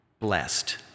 blessed